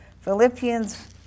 Philippians